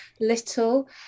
little